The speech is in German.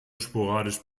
sporadisch